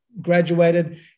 graduated